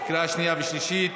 בקריאה שנייה ושלישית.